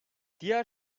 diğer